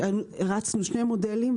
הרצנו שני מודלים,